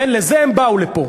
לזה הם באו לפה.